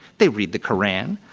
they read the koran.